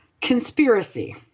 conspiracy